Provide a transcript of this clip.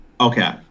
Okay